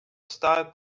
style